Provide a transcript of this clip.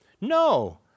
No